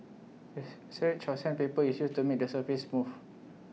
of sandpaper is used to make the surface smooth